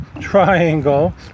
triangle